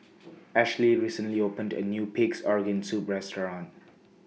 Ashlie recently opened A New Pig'S Organ Soup Restaurant